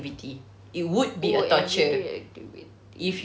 oo everyday activity